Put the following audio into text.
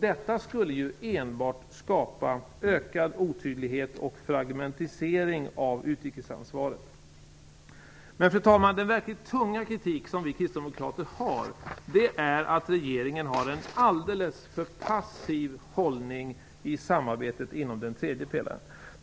Detta skulle ju enbart skapa ökad otydlighet och fragmentisering av utrikesansvaret. Fru talman! Men den verkligt tunga kritik som vi kristdemokrater har är att regeringen har en alldeles för passiv hållning i samarbetet inom den tredje pelaren.